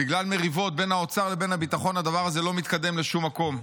בגלל מריבות בין האוצר לבין הביטחון הדבר הזה לא מתקדם לשום מקום.